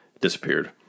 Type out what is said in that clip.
disappeared